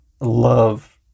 love